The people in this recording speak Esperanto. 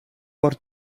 por